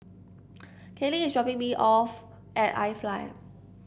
Kallie is dropping me off at iFly